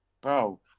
Bro